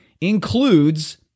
includes